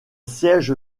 siège